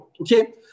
okay